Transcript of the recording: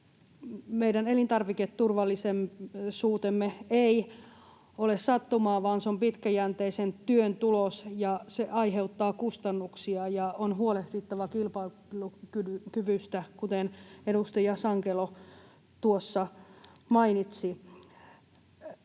Meidän elintarviketurvallisuutemme ei ole sattumaa, vaan se on pitkäjänteisen työn tulos, ja se aiheuttaa kustannuksia, ja on huolehdittava kilpailukyvystä, kuten edustaja Sankelo tuossa mainitsi.